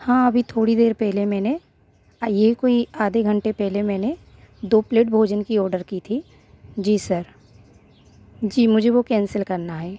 हाँ अभी थोड़ी देर पहले मैंने यही कोई आधे घंटे पहले मैंने दो प्लेट भोजन की ओडर की थी जी सर जी मुझे वे कैंसिल करना है